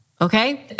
Okay